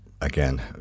again